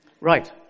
Right